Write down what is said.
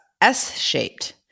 S-shaped